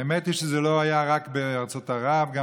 האמת היא שזה לא היה רק בארצות המזרח.